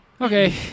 Okay